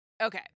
Okay